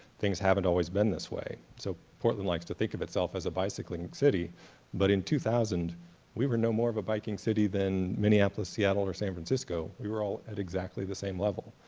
things haven't always been this way. so portland likes to think of itself as a bicycling city but in two thousand we were no more of a biking city than minneapolis, seattle or san francisco, we were all at exactly the same level.